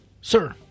Sir